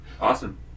Awesome